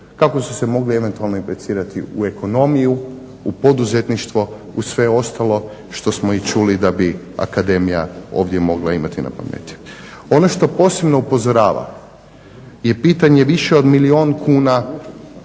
kako su se mogli eventualno implicirati u ekonomiju, u poduzetništvo, u sve ostalo što smo i čuli da bi Akademija ovdje mogla imati na pameti. Ono što posebno upozorava je pitanje više od milijun kuna